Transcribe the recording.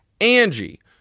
Angie